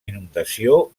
inundació